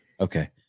Okay